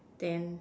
then